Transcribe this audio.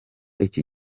iki